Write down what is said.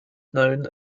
known